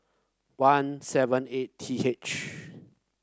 one seven eight T H